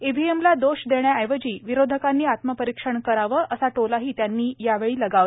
ईव्हीएमला दोष देण्याऐवजी विरोधकांनी आत्मपरीक्षण करावं असा टोलाही त्यांनी लगावला